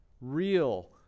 real